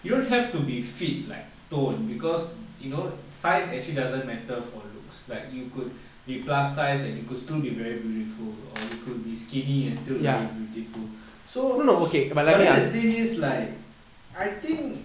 you don't have to be fit like toned because you know size actually doesn't matter for looks like you could be plus size and you could still be very beautiful or you could be skinny and still very beautiful so but then the thing is like I think